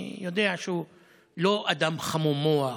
אני יודע שהוא לא אדם חמום מוח,